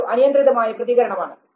ഇതൊരു അനിയന്ത്രിതമായ പ്രതികരണമാണ്